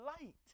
light